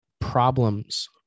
problems